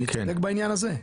אני צודק בעניין הזה?